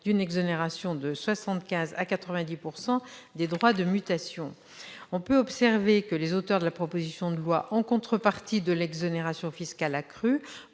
d'une exonération de 75 % à 90 % des droits de mutation ? On peut observer que les auteurs de la proposition de loi, en contrepartie de l'exonération fiscale accrue,